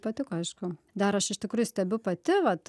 patiko aišku dar aš iš tikrųjų stebiu pati vat